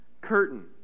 curtain